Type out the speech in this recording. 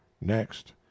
next